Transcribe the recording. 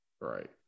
Right